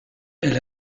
elle